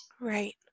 Right